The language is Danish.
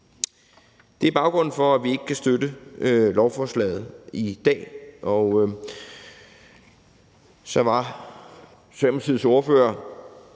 Det er baggrunden for, at vi ikke kan støtte lovforslaget i dag. Så var Socialdemokratiets